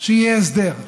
שיהיה הסדר,